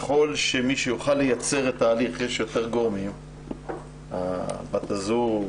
ככל שיש יותר גורמים שיוכלו לייצר את ההליך בת הזוג,